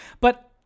but-